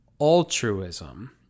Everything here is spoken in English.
altruism